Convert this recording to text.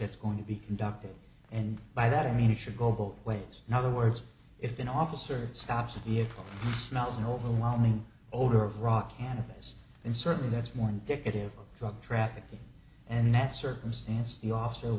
it's going to be conducted and by that i mean it should go both ways in other words if an officer stops a vehicle smells and overwhelming odor of rock cannabis and certainly that's more indicative of drug trafficking and that circumstance the off